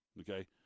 Okay